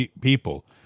people